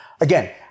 Again